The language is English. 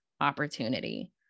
opportunity